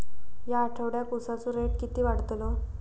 या आठवड्याक उसाचो रेट किती वाढतलो?